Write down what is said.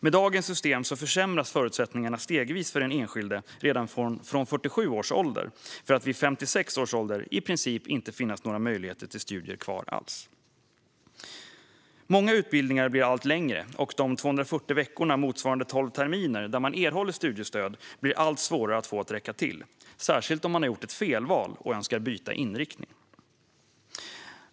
Med dagens system försämras förutsättningarna stegvis för den enskilde redan från 47 års ålder, och vid 56 års ålder finns det i princip inte några möjligheter till studier kvar alls. Många utbildningar blir allt längre. De 240 veckorna motsvarande tolv terminer då man erhåller studiestöd blir allt svårare att få att räcka till, särskilt om man har gjort ett felval och önskar byta inriktning.